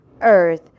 earth